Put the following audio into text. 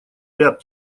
ряд